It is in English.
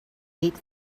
eight